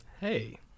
Hey